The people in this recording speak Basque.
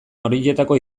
horietakoa